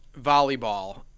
volleyball